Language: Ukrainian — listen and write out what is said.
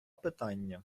питання